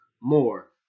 more